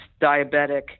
diabetic